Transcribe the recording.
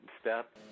step